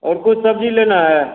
और कोई सब्जी लेना है